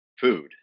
food